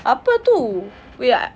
apa tu wait I